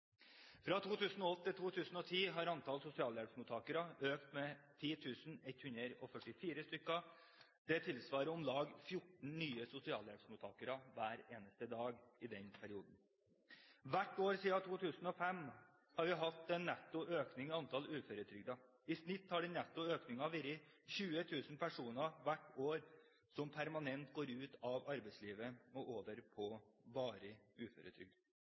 Fra 2008 til 2010 har antallet sosialhjelpsmottakere økt med 10 144 personer, det tilsvarer om lag 14 nye sosialhjelpsmottakere hver eneste dag i den perioden. Hvert år siden 2005 har vi hatt en netto økning av antall uføretrygdede. I snitt har netto økning vært på 20 000 personer hvert år som permanent går ut av arbeidslivet og over på varig uføretrygd.